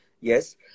Yes